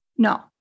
No